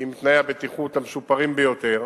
עם תנאי הבטיחות המשופרים ביותר,